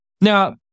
Now